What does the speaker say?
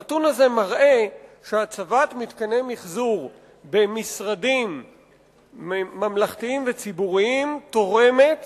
הנתון הזה מראה שהצבת מתקני מיחזור במשרדים ממלכתיים וציבוריים תורמת